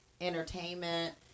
entertainment